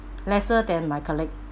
lesser than my colleague